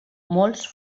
molts